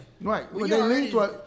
right